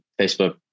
Facebook